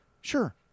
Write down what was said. sure